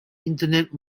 internet